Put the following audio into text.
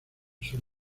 sur